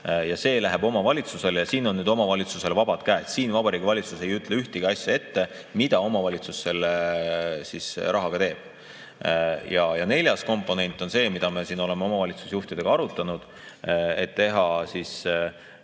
[raha] läheb omavalitsusele ja siin on omavalitsusel vabad käed. Siin Vabariigi Valitsus ei ütle ühtegi asja ette, mida omavalitsus selle rahaga teeb. Ja neljas komponent on see, mida me oleme omavalitsusjuhtidega arutanud, et teha